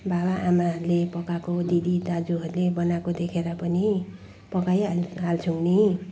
बाबाआमाहरूले पकाएको दिदीदाजुहरूले बनाएको देखेर पनि पकाइहाल हाल्छौँ नि